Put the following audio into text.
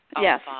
Yes